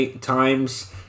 times